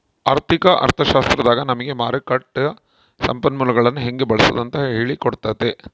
ಆರ್ಥಿಕ ಅರ್ಥಶಾಸ್ತ್ರದಾಗ ನಮಿಗೆ ಮಾರುಕಟ್ಟ ಸಂಪನ್ಮೂಲಗುಳ್ನ ಹೆಂಗೆ ಬಳ್ಸಾದು ಅಂತ ಹೇಳಿ ಕೊಟ್ತತೆ